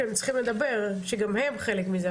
שגם הם חלק מזה,